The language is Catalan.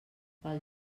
pel